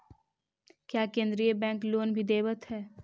क्या केन्द्रीय bank loan भी देवत हैं